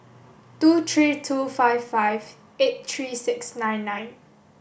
two three two five five eight three six nine nine